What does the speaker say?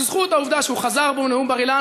היא בזכות העובדה שהוא חזר בו מנאום בר-אילן